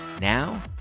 Now